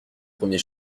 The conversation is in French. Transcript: premier